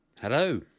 Hello